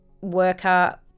worker